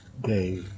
day